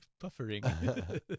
Buffering